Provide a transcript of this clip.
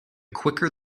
quicker